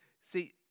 See